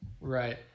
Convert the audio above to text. Right